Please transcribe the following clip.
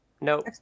Nope